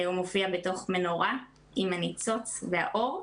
הוא מופיע בתוך מנורה עם הניצוץ והאור,